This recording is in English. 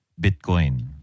bitcoin